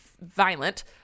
violent